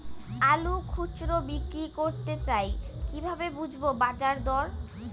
আলু খুচরো বিক্রি করতে চাই কিভাবে বুঝবো বাজার দর?